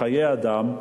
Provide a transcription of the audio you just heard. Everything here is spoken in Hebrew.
בחיי אדם,